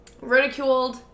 ridiculed